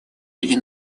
или